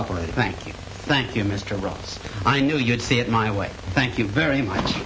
operated thank you thank you mr roberts i knew you'd see it my way thank you very much